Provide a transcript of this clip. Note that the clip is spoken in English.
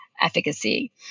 efficacy